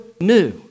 new